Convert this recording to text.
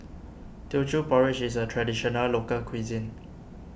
Teochew Porridge is a Traditional Local Cuisine